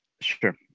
Sure